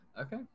Okay